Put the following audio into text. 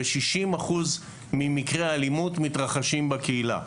כ-60% ממקרי האלימות מתרחשים בקהילה,